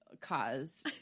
cause